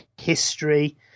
history